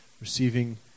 receiving